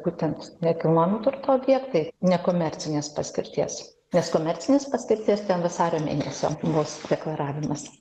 būtent nekilnojamo turto objektai nekomercinės paskirties nes komercinės paskirties ten vasario mėnesio bus deklaravimas